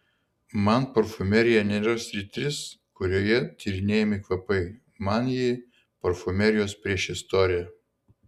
man parfumerija nėra sritis kurioje tyrinėjami kvapai man ji parfumerijos priešistorė